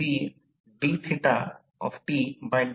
तर ते प्रत्यक्षात 6